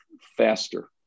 faster